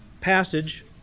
passage